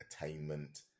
attainment